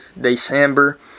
December